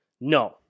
No